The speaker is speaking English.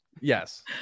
Yes